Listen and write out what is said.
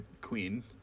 queen